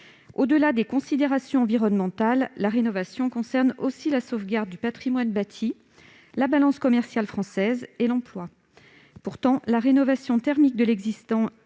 Au-delà des considérations environnementales, la rénovation concerne aussi la sauvegarde du patrimoine bâti, la balance commerciale française et l'emploi. Pourtant, la rénovation thermique de l'existant